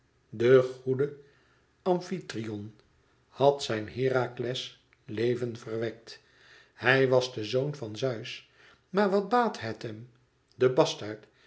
den goeden amfitrion had zijn herakles leven verwekt hij was de zoon van zeus maar wat baatte het hem den bastaard